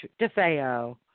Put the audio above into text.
DeFeo